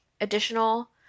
additional